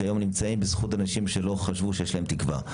שהיום נמצאים בזכות אנשים שלא חשבו שיש להם תקווה.